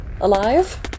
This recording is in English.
alive